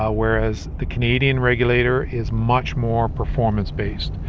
ah whereas the canadian regulator is much more performance-based.